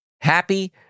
happy